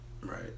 Right